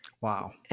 Wow